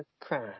crime